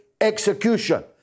execution